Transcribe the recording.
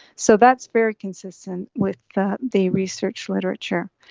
so that's very consistent with the the research literature.